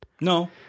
No